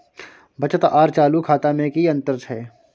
बचत आर चालू खाता में कि अतंर छै?